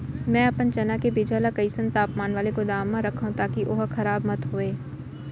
मैं अपन चना के बीजहा ल कइसन तापमान वाले गोदाम म रखव ताकि ओहा खराब मत होवय?